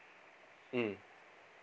mm